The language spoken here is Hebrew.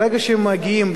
ברגע שהם מגיעים,